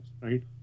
right